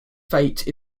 fate